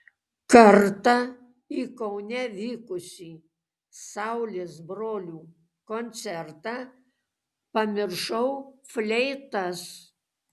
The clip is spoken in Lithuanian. kartą į kaune vykusį saulės brolių koncertą pamiršau fleitas